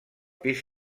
pis